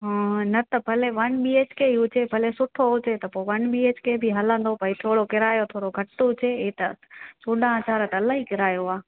हा न त भले वन बी अच के ई हुजे भले सुठो हुजे त पोइ वन बी एच के बि हलंदो भाई थोरो किरायो थोरो घटि हुजे हे त चोॾहां हज़ार त इलाही किरायो आहे